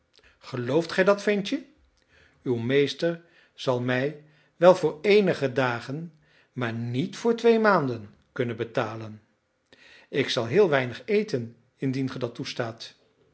gelooft gij dat ventje uw meester zal mij wel voor eenige dagen maar niet voor twee maanden kunnen betalen ik zal heel weinig eten indien ge dat toestaat